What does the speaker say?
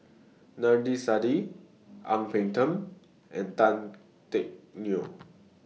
Adnan Saidi Ang Peng Tiam and Tan Teck Neo